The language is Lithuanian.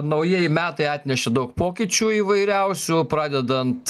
naujieji metai atnešė daug pokyčių įvairiausių pradedant